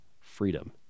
freedom